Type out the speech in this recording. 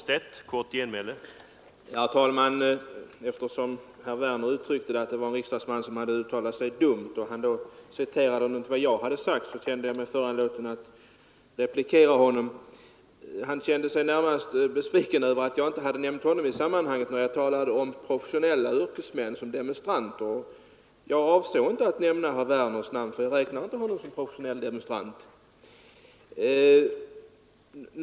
Herr talman! Eftersom herr Werner i Malmö sade att en riksdagsman hade uttryckt sig dumt och citerade något som jag hade sagt känner jag mig föranlåten att replikera honom. Herr Werner kände sig närmast beviken över att jag inte hade nämnt hans namn när jag talade om professionella demonstranter. Jag avsåg inte att nämna herr Werners namn, för jag räknar inte honom som professionell demonstrant.